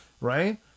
Right